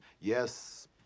Yes